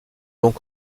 donc